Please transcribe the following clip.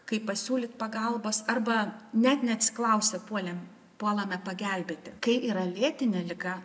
kaip pasiūlyt pagalbos arba net neatsiklausę puolėm puolame pagelbėti kai yra lėtinė liga